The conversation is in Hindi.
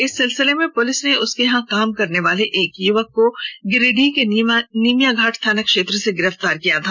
इस सिलसिले में पुलिस ने उसके यहां काम करने वाले एक युवक को गिरिडीह के निमियाघाट थाना क्षेत्र से गिरफ्तार किया था